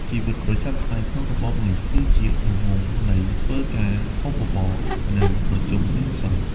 ជីវិតប្រចាំថ្ងៃក្នុងរបបនេះគឺជារង្វង់នៃ "ធ្វើការ ហូបបបរ និងប្រជុំរៀនសូត្រ"។